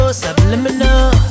subliminal